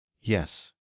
yes